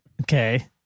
Okay